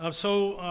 um so,